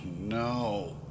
no